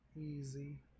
Easy